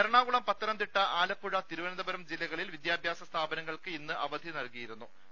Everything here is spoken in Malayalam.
എറണാകുളം പത്തനംതിട്ട ആലപ്പുഴ തിരുവനന്തപുരം ജില്ല കളിൽ വിദ്യാഭ്യാസ സ്ഥാപനങ്ങൾക്ക് ഇന്ന് അവധി നൽകിയിരു ന്നു